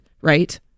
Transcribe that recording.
right